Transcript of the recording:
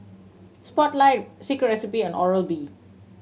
Spotlight Secret Recipe and Oral B